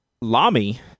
Lami